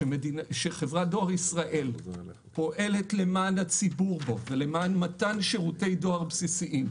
חברת דואר ישראל פועלת בו למען הציבור ולמען מתן שירותי דואר בסיסיים.